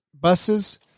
buses